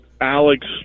Alex